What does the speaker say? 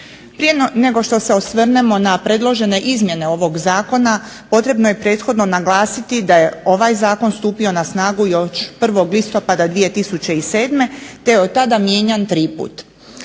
Prije nego što se osvrnemo na predložene izmjene ovog zakona potrebno je prethodno naglasiti da je ovaj zakon stupio na snagu još 1. listopada 2007. te je otada mijenjan tri puta.